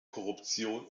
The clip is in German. korruption